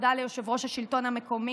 תודה ליושב-ראש השלטון המקומי,